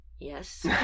yes